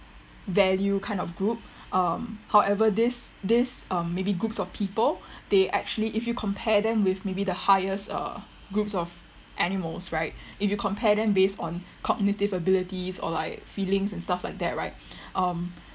value kind of group uh however this this um maybe groups of people they actually if you compare them with maybe the highest uh groups of animals right if you compare them based on cognitive abilities or like feelings and stuff like that right um